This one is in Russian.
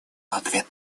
ответ